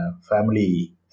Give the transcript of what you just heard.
family